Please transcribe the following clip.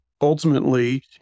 Ultimately